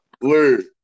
Word